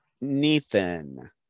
Nathan